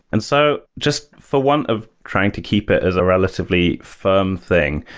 and so just for one of trying to keep it as a relatively firm thing.